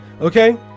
okay